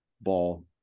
Ball